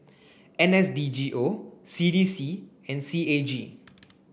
N S D G O C D C and C A G